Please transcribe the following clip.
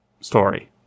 story